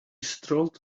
strolled